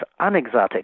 unexotic